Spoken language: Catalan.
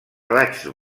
raigs